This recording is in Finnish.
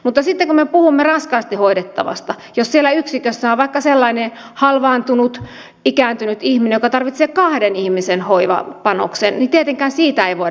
mutta sitten kun me puhumme raskaasti hoidettavasta jos siellä yksikössä on vaikka sellainen halvaantunut ikääntynyt ihminen joka tarvitsee kahden ihmisen hoivapanoksen niin tietenkään siitä ei voida heikentää